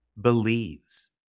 believes